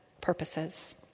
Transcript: purposes